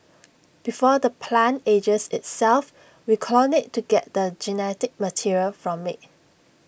before the plant ages itself we clone IT to get the genetic material from IT